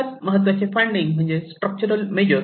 सगळ्यात महत्त्वाचे फायडिंग म्हणजे स्ट्रक्चरल मेजर्स